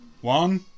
one